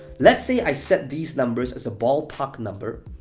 let's say i set these numbers as a ballpark number,